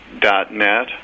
dot-net